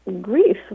grief